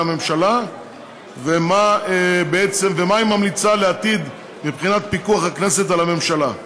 הממשלה ומה היא ממליצה לעתיד מבחינת פיקוח הכנסת על הממשלה.